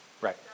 Right